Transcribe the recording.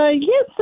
Yes